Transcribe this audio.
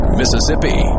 mississippi